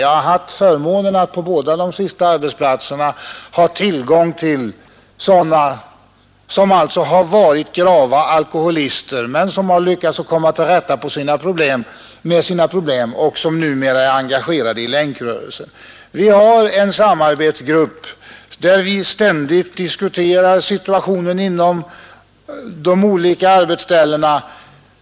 Jag har haft förmånen att på båda de senaste arbetsplatserna ha tillgång till personer som varit grava alkoholmissbrukare men som lyckats komma till rätta med sina problem och som numera är engagerade i länkrörelsen. Vi har bildat en samarbetsgrupp där vi ständigt diskuterar situationen på de olika arbetsställena.